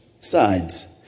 sides